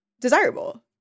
desirable